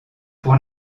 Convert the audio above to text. pour